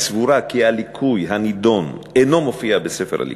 סבורה כי הליקוי הנדון אינו מופיע בספר הליקויים.